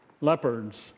leopards